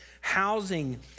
housing